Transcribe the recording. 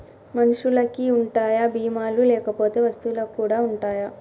మనుషులకి ఉంటాయా బీమా లు లేకపోతే వస్తువులకు కూడా ఉంటయా?